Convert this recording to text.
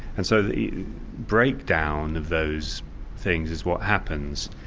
and so the breakdown of those things is what happens.